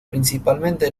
principalmente